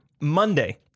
Monday